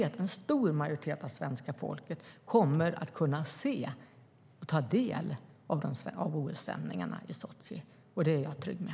En stor majoritet av svenska folket kommer att kunna se och ta del av OS-sändningarna i Sotji, och det är jag trygg med.